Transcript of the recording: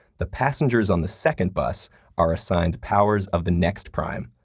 the passengers on the second bus are assigned powers of the next prime,